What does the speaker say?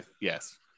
yes